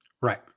Right